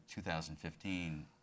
2015